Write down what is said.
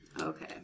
Okay